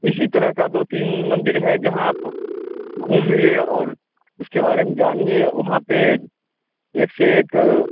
इसी तरह के दो तीन मंदिर हैं जहाँ आप घूमिए और उसके बारे में जानिए वहाँ पर एक से एक